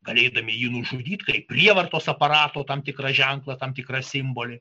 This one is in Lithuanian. galėdami jį nužudyt kaip prievartos aparato tam tikrą ženklą tam tikrą simbolį